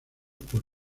por